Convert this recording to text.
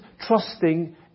trusting